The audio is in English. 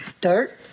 Dirt